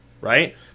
Right